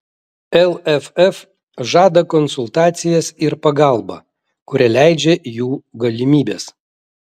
lff žada konsultacijas ir pagalbą kurią leidžia jų galimybės